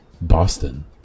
Boston